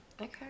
Okay